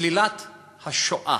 שלילת השואה